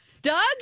Doug